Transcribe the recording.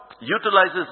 utilizes